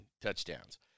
touchdowns